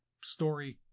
story